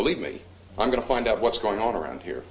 believe me i'm going to find out what's going on around here